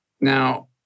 Now